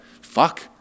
fuck